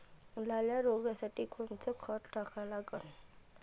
लाल्या रोगासाठी कोनचं खत टाका लागन?